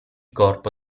corpo